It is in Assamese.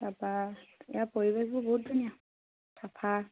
তাৰপৰা ইয়াৰ পৰিৱেশবোৰ বহুত ধুনীয়া চাফা